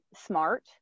smart